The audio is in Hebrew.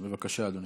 בבקשה, אדוני.